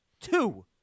Two